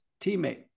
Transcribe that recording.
teammate